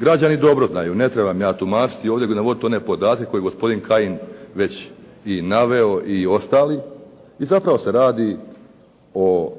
Građani dobro znaju ne trebam ja tumačiti i navoditi one podatke koje je gospodin Kajin već i naveo i ostali i zapravo se radi o